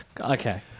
Okay